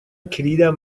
کلیدم